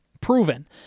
proven